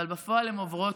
אבל בפועל הן עוברות,